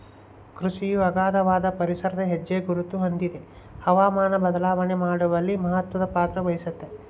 ಕೃಷಿಯು ಅಗಾಧವಾದ ಪರಿಸರದ ಹೆಜ್ಜೆಗುರುತ ಹೊಂದಿದೆ ಹವಾಮಾನ ಬದಲಾವಣೆ ಮಾಡುವಲ್ಲಿ ಮಹತ್ವದ ಪಾತ್ರವಹಿಸೆತೆ